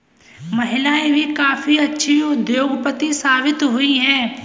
महिलाएं भी काफी अच्छी उद्योगपति साबित हुई हैं